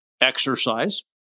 exercise